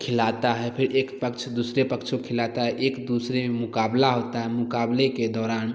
खिलाता है फिर एक पक्ष दूसरे पक्ष को खिलाता है एक दूसरे में मुकाबला होता है मुकाबले के दौरान